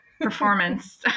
performance